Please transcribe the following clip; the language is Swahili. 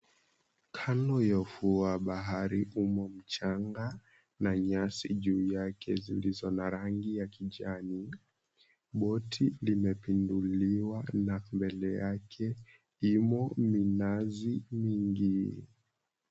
Kando ya ufuu wa bahari umo mchanga na nyasi juu yake zilizo na rangi ya kijani. Boti limepinduliwa na mbele yake imo minazi mingi.